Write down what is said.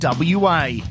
WA